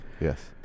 Yes